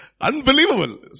Unbelievable